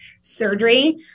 surgery